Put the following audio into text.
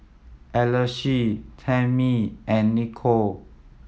Alesha Tamie and Nichol